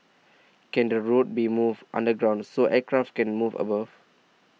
can the road be moved underground so aircraft can move above